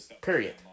Period